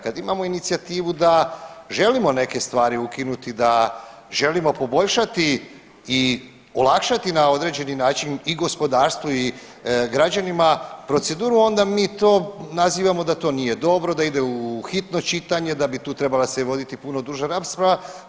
Kad imamo inicijativu da želimo neke stvari ukinuti, da želimo poboljšati i olakšati na određeni način i gospodarstvo i građanima proceduru onda mi to nazivamo da to nije dobro, da ide u hitno čitanje, da bi tu trebala se voditi puno duža rasprava.